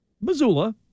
Missoula